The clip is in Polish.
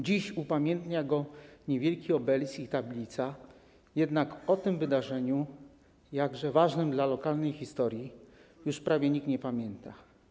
Dziś upamiętnia go niewielki obelisk i tablica, jednak o tym wydarzeniu, jakże ważnym dla lokalnej historii, już prawie nikt nie pamięta.